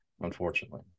unfortunately